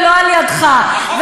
ולא על-ידיך.